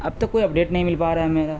اب تو کوئی اپڈیٹ نہیں مل پا رہا ہے میرا